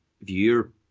viewer